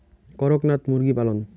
করকনাথ মুরগি পালন?